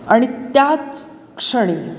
आणि त्याच क्षणी